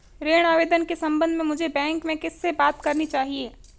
ऋण आवेदन के संबंध में मुझे बैंक में किससे बात करनी चाहिए?